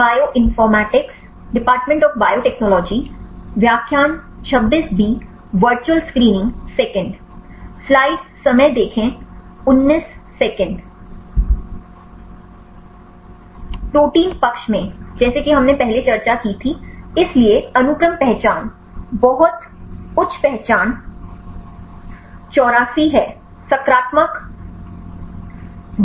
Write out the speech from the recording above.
protein पक्ष में जैसा कि हमने पहले चर्चा की थी इसलिए अनुक्रम पहचान बहुत उच्च पहचान 84 है सकारात्मक 92 प्रतिशत है